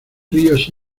ríos